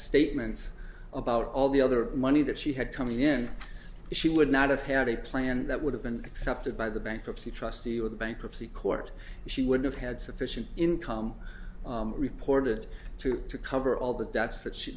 statements about all the other money that she had coming in she would not have had a plan that would have been accepted by the bankruptcy trustee or the bankruptcy court she would have had sufficient income reported to to cover all the